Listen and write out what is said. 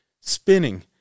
spinning